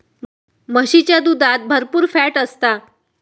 म्हशीच्या दुधात भरपुर फॅट असता